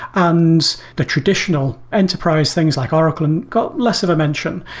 and the traditional enterprise, things like oracle and got less of a mention.